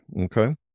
okay